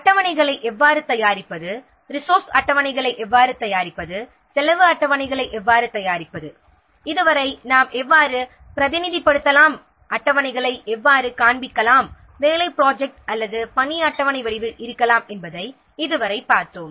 அட்டவணைகளை எவ்வாறு தயாரிப்பதுஅதாவது ரிசோர்ஸ் அட்டவணைகளை எவ்வாறு தயாரிப்பது செலவு அட்டவணைகளை எவ்வாறு தயாரிப்பது என்று பார்ப்போம் இதுவரை நாம் அட்டவணைகளை எவ்வாறு காண்பிக்கலாம் வேலை அட்டவணை அல்லது பணி அட்டவணை வடிவில் இருக்கலாம் என்பதை இதுவரை பார்த்தோம்